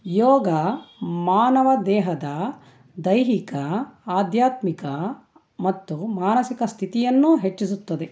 ಯೋಗ ಮಾನವ ದೇಹದ ದೈಹಿಕ ಆಧ್ಯಾತ್ಮಿಕ ಮತ್ತು ಮಾನಸಿಕ ಸ್ಥಿತಿಯನ್ನು ಹೆಚ್ಚಿಸುತ್ತದೆ